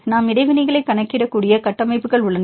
நாம் இடைவினைகளை கணக்கிடக்கூடிய கட்டமைப்புகள் உள்ளன